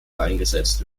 eingesetzt